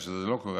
כאשר זה לא קורה,